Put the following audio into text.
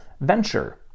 venture